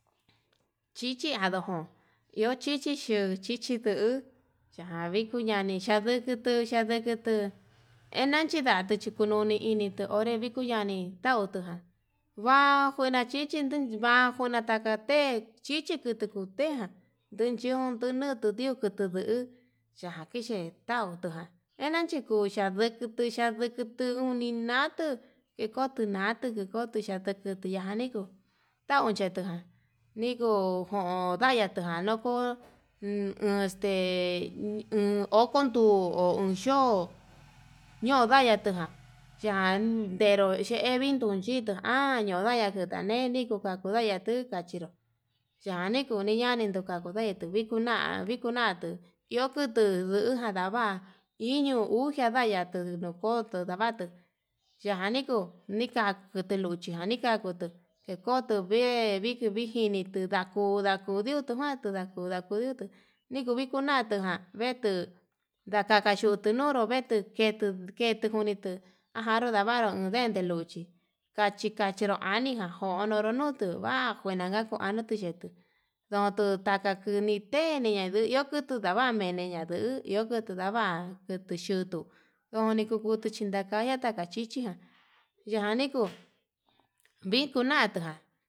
Chichi andojón iho chichi xhiu chichi nduu, yavii kunani yaviñi nduu kutuu hedachinani kudiko noni inrito ondii kiko ñanii ndautujan nda ñuna chichi ndu va'a njuna tata te chichi kutu kuu tejá, ndionon nduu kutu nduu yakitautu yee tautu ján, endan chikuxha yakutu yakutu uninatuu ikotuu natuu njote xhiani kuu tauchetuján niko'o ndayatuján ko'o este oko nduu on yo'ó nudaya tuján, ya'an nderu tevinituxhia ha noyana ndutaneni nguu ndakuyanrá nduu kachinró yanii kuniyani ndakudai tuu ikuu na'a vikuu na'a, iho kutu iuja ndava'a iño uxia ndavatu ndokoto ndavatu yajan nikuu nika'a kutu luchi jan nika kutu koto vee viji vijini tuu ndakuu ndakudio tu ján, tundakudu ndakutu viko viko na'a tuján veekuu ndakak ndio xhunonro vetu vetunjunitu ajado ndavaru no ndente luchí, kachi kachinro anijan konoró nuu tu va njuena ka'a kono tuu ye'e ndotuu taka njuni tenie ndo iho kutuu ndava njuni na uu iho kutu ndava'a ndutu xhuu uni kukutu xhinakai ña'a taka chichiján yaniku vikuu nata'a.